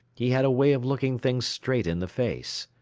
he had a way of looking things straight in the face.